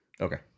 Okay